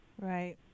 Right